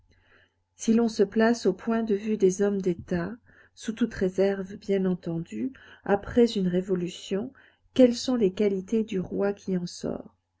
si l'on se place au point de vue des hommes d'état sous toutes réserves bien entendu après une révolution quelles sont les qualités du roi qui en sort